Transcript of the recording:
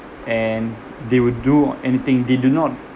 and they will do anything they do not